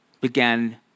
began